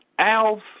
Alves